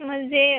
मुझे